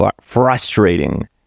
frustrating